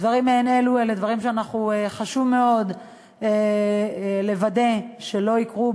דברים מעין אלו אלה דברים שחשוב מאוד לוודא שלא יקרו,